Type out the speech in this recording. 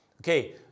Okay